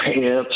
pants—